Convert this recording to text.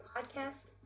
Podcast